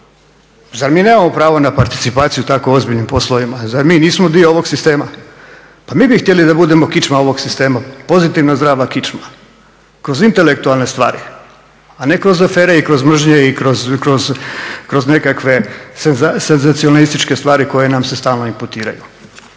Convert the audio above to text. Zar mi nemamo pravo na participaciju u tako ozbiljnim poslovima? Zar mi nismo dio ovog sistema? Pa mi bi htjeli da budemo kičma ovog sistema, pozitivna zdrava kičma kroz intelektualne stvari, a ne kroz afere i kroz mržnje i kroz nekakve senzacionalističke stvari koje nam se stalno inputiraju.